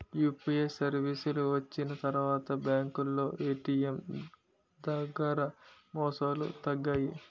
UPI సర్వీసులు వచ్చిన తర్వాత బ్యాంకులో ఏటీఎం దగ్గర మోసాలు తగ్గాయి